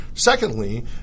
Secondly